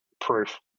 proof